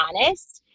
honest